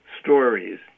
stories